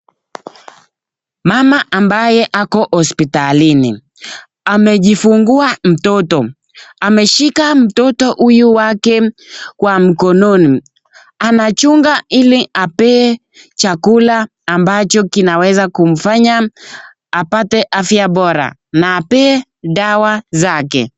Mama ambaye ako hospitalini ,amejifungua mtoto, ameshika mtoto huyu wake kwa mkononi. Anachunga ili apee chakula ambacho kinaweza kumfanya apate afya bora na apee dawa zake.